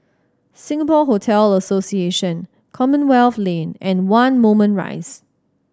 Singapore Hotel Association Commonwealth Lane and One Moulmein Rise